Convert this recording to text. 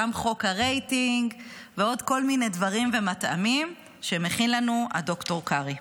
גם חוק הרייטינג ועוד כל מיני דברים ומטעמים שמכין לנו ד"ר קרעי.